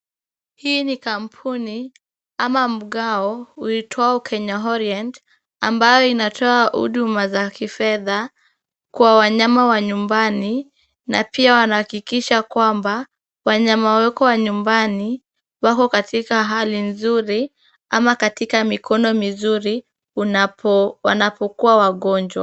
Hii ni kampuni au mgao uitwao Kenya Orient, ambayo inatoa huduma za kifedha kwa wanyama wa nyumbani na pia wanahakikisha kwamba wanyama wako wa nyumbani wako katika hali nzuri, au katika mikono mizuri , wanapokuwa wagonjwa.